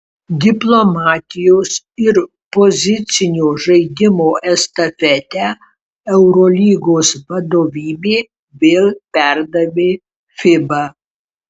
diplomatijos ir pozicinio žaidimo estafetę eurolygos vadovybė vėl perdavė fiba